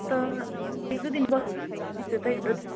म त एकदुई दिन मिस यतै